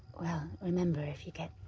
well remember, if you get.